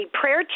prayer